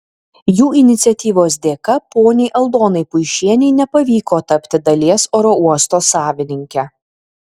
jų iniciatyvos dėka poniai aldonai puišienei nepavyko tapti dalies oro uosto savininke